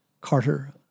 Carter